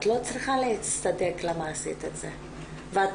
את לא צריכה להצטדק למה עשית את זה ואת